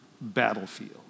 battlefield